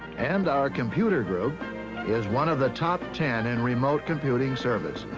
and our computer group is one of the top ten in remote computing services.